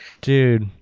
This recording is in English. dude